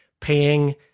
paying